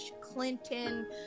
Clinton